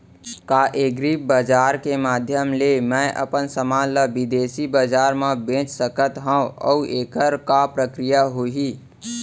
का एग्रीबजार के माधयम ले मैं अपन समान ला बिदेसी बजार मा बेच सकत हव अऊ एखर का प्रक्रिया होही?